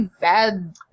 bad